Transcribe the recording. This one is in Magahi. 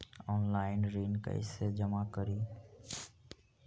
ऑनलाइन ऋण कैसे जमा करी?